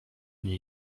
nie